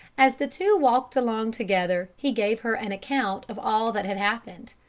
as the two walked along together, he gave her an account of all that had happened.